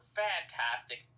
fantastic